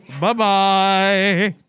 Bye-bye